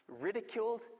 ridiculed